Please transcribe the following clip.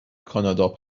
کانادا